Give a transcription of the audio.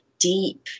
Deep